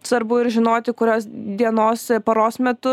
svarbu ir žinoti kurios dienos paros metu